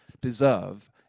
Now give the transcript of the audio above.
deserve